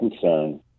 concern